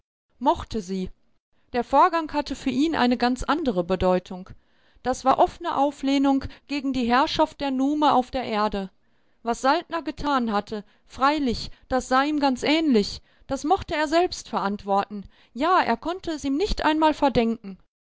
mochte sie der vorgang hatte für ihn eine ganz andere bedeutung das war offne auflehnung gegen die herrschaft der nume auf der erde was saltner getan hatte freilich das sah ihm ganz ähnlich das mochte er selbst verantworten ja er konnte es ihm nicht einmal verdenken